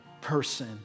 person